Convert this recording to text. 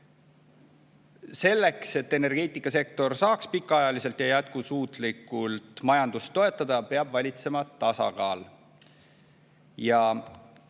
Selleks, et energeetikasektor saaks pikaajaliselt ja jätkusuutlikult majandust toetada, peab valitsema tasakaal. Ja